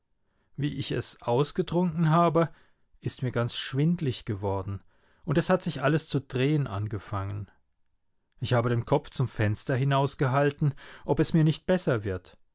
wie ich es ausgetrunken habe ist mir ganz schwindlig geworden und es hat sich alles zu drehen angefangen ich habe den kopf zum fenster hinausgehalten ob es mir nicht besser wird